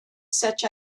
such